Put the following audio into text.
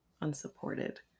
unsupported